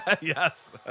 Yes